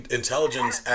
intelligence